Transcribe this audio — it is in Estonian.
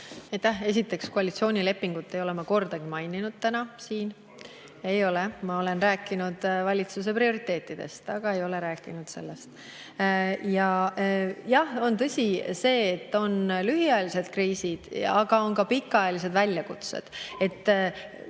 Esiteks, koalitsioonilepingut ei ole ma täna kordagi siin maininud. Ei ole, ma olen rääkinud valitsuse prioriteetidest, aga sellest ei ole rääkinud. Jah, on tõsi see, et on lühiajalised kriisid, aga on ka pikaajalised väljakutsed.